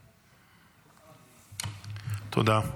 תודה.